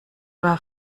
war